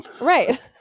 Right